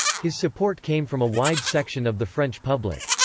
his support came from a wide section of the french public.